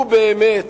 לו באמת